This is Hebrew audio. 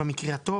במקרה הטוב,